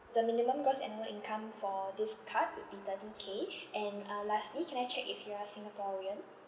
the minimum gross annual income for this card would be thirty K and uh lastly can I check if you are singaporean